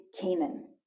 Canaan